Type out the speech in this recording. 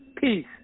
Peace